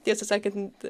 tiesą sakant